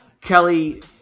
Kelly